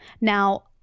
Now